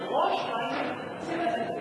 מראש לא היינו מתייחסים אל זה,